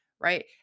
right